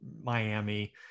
Miami